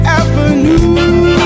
avenue